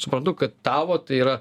suprantu kad tavo tai yra